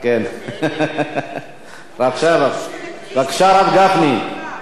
בבקשה, הרב גפני.